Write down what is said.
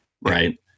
Right